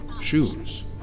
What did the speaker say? Shoes